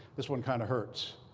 this one kind of hurts.